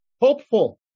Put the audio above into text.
Hopeful